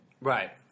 Right